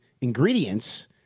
ingredients –